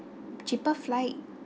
cheaper flight